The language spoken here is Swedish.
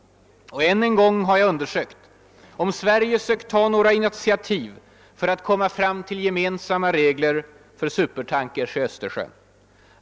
Och än en gång har jag undersökt om Sverige sökt ta något initiativ för att komma fram till gemensamma regler för supertankers i Östersjön.